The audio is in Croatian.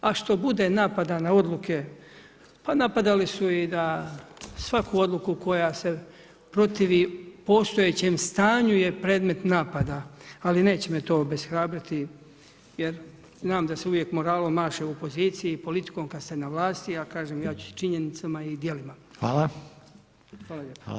A što bude napada na odluke, pa napadali su i svaku odluku koja se protivi postojećem stanju je predmet napada, ali neće me to obeshrabriti jer znam da se uvijek moralom maše u opoziciji i politikom kada ste vlasti, a kažem ja ću činjenicama i djelima.